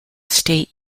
state